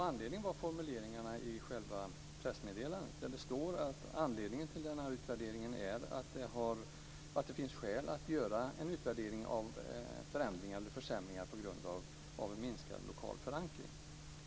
Anledningen var formuleringarna i själva pressmeddelandet, där det står att det finns skäl att göra en utvärdering av förändringar eller försämringar på grund av minskad lokal förankring.